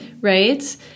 Right